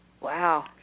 Wow